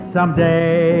Someday